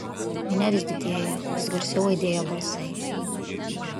minia vis didėjo vis garsiau aidėjo balsai